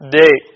day